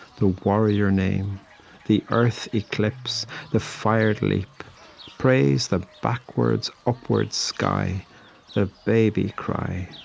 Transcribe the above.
the warrior name the earth eclipse, the fired leap praise the backwards, upward sky the baby cry,